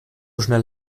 schnell